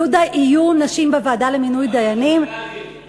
יהיו נשים בוועדה למינוי דיינים, גם אצל הקאדים.